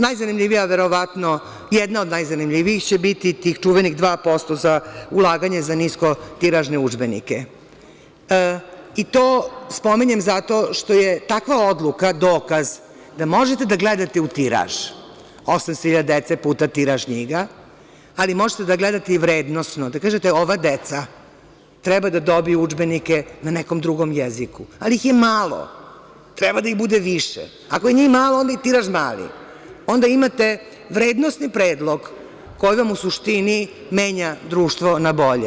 Najzanimljivija, jedna od najzanimljivijih će biti od tih čuvenih 2% za ulaganje za niskotiražne udžbenike i to spominjem zato što je takva odluka dokaz da možete da gledate u tiraž – 800.000 dece puta tiraž knjiga, ali možete da gledate i vrednosno i kažete da ova deca treba da dobiju udžbenike na nekom drugom jeziku, ali ih je malo, treba da ih bude više, ako je njih malo, onda je i tiraž mali i onda imate vrednosni predlog koji u suštini menja društvo na bolje.